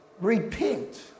repent